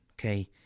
okay